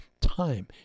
time